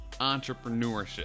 entrepreneurship